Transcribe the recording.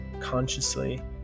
consciously